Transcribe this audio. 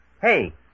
Hey